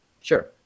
Sure